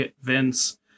Vince